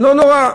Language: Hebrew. לא נורא,